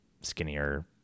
skinnier